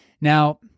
Now